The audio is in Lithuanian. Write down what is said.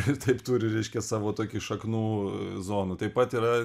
ir taip turi reiškia savo tokį šaknų zoną taip pat yra